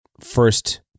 first